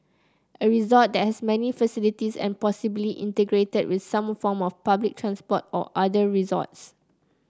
a resort that has many facilities and possibly integrated with some form of public transport or other resorts